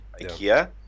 Ikea